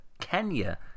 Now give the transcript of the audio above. Kenya